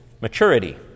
maturity